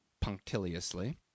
punctiliously